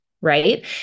Right